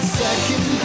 second